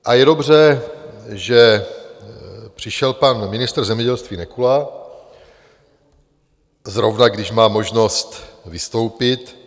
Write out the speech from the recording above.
A je dobře, že přišel pan ministr zemědělství Nekula, zrovna když mám možnost vystoupit.